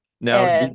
Now